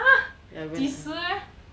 ya I went